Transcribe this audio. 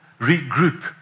regroup